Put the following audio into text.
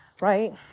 right